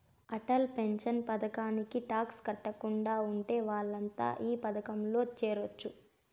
Atal pension పథకానికి tax కట్టకుండా ఉండే వాళ్లంతా ఈ పథకంలో చేరొచ్చు